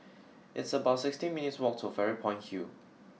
it's about sixteen minutes' walk to Fairy Point Hill